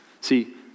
See